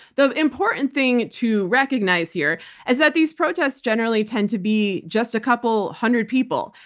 the important thing to recognize here is that these protests generally tend to be just a couple hundred people.